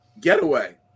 getaway